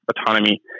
autonomy